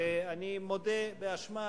ואני מודה באשמה,